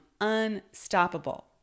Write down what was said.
unstoppable